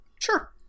Sure